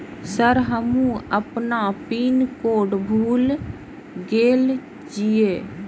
Sir हमू अपना pin code भूल गेल जीये?